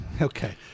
okay